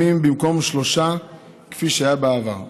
שלושה כבאים.